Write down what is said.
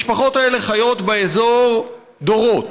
המשפחות האלה חיות באזור דורות.